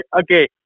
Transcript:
Okay